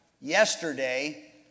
Yesterday